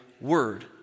word